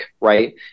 right